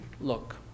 look